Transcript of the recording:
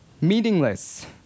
Meaningless